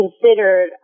considered